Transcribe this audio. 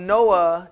Noah